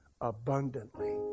abundantly